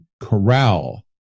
corral